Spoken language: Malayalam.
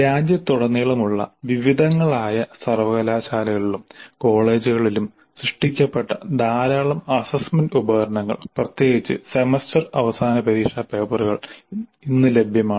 രാജ്യത്തുടനീളമുള്ള വിവിധങ്ങളായ സർവകലാശാലകളിലും കോളേജുകളിലും സൃഷ്ടിക്കപ്പെട്ട ധാരാളം അസ്സസ്സ്മെന്റ് ഉപകരണങ്ങൾ പ്രത്യേകിച്ച് സെമസ്റ്റർ അവസാന പരീക്ഷാ പേപ്പറുകൾ ഇന്ന് ലഭ്യമാണ്